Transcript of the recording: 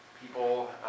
people